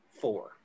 four